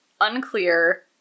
Unclear